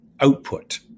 output